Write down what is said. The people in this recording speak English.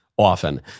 often